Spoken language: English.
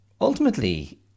ultimately